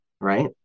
right